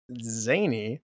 zany